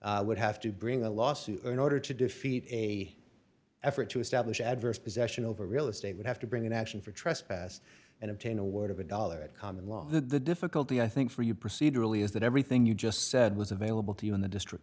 claim would have to bring a lawsuit in order to defeat a effort to establish adverse possession over real estate would have to bring an action for trespass and obtain award of a dollar a common law that the difficulty i think for you procedurally is that everything you just said was available to you in the district